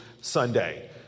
Sunday